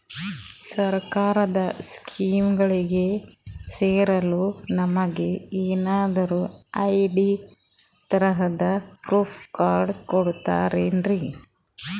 ಸರ್ಕಾರದ ಸ್ಕೀಮ್ಗಳಿಗೆ ಸೇರಲು ನಮಗೆ ಏನಾದ್ರು ಐ.ಡಿ ತರಹದ ಪ್ರೂಫ್ ಕಾರ್ಡ್ ಕೊಡುತ್ತಾರೆನ್ರಿ?